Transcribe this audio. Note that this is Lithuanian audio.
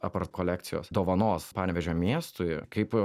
apart kolekcijos dovanos panevėžio miestui kaip